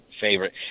favorite